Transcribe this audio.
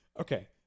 Okay